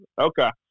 okay